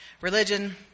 religion